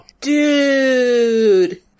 Dude